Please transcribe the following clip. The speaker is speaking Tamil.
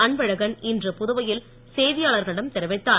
அன்பழகன் இன்று புதுவையில் செய்தியாளர்களிடம் தெரிவித்தார்